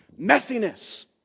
messiness